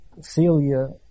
Celia